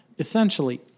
essentially